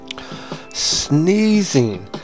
Sneezing